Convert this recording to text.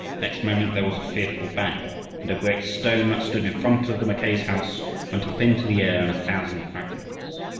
next moment there was a fearful bang and a great stone that stood in front of the mackays' house went up into the air in a thousand fragments.